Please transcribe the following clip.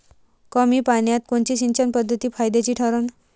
कमी पान्यात कोनची सिंचन पद्धत फायद्याची ठरन?